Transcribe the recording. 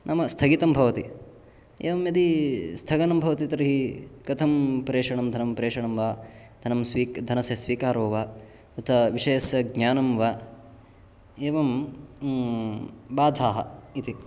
नाम स्थगितं भवति एवं यदि स्थगनं भवति तर्हि कथं प्रेषणं धनं प्रेषणं वा धनं स्वी धनस्य स्वीकारो वा उत विषयस्य ज्ञानं वा एवं बाधाः इति